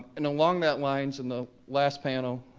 and along that lines in the last panel,